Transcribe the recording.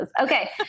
Okay